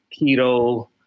keto